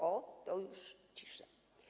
O, to już cisza.